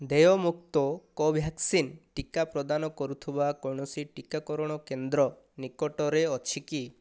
ଦେୟମୁକ୍ତ କୋଭ୍ୟାକ୍ସିନ୍ ଟିକା ପ୍ରଦାନ କରୁଥିବା କୌଣସି ଟିକାକରଣ କେନ୍ଦ୍ର ନିକଟରେ ଅଛି କି